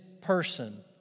person